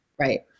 Right